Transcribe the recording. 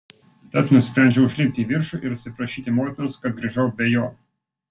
tad nusprendžiau užlipti į viršų ir atsiprašyti motinos kad grįžau be jo